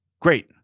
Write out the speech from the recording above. Great